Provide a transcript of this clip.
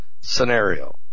scenario